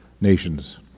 nations